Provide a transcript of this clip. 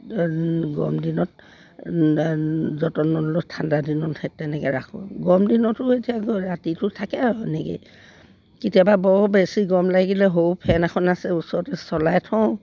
গৰমদিনত যতন নললেও ঠাণ্ডাদিনত সেই তেনেকৈ ৰাখোঁ গৰম দিনতো এতিয়া ৰাতিটো থাকে আৰু এনেকৈয়ে কেতিয়াবা বৰ বেছি গৰম লাগিলে সৰু ফেন এখন আছে ওচৰতে চলাই থওঁ